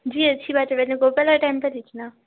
جی اچھی بات ہے میں نے گوکل اٹینڈ کر رہی تھی نا